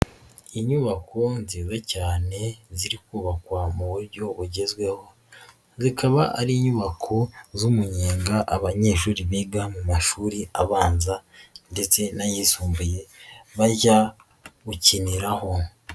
Inyubako nziza cyane ziri kubakwa mu buryo bugezweho, zikaba ari inyubako z'umunyenga abanyeshuri biga mu mashuri abanza ndetse n'ayisumbuye bajya gukiniraho.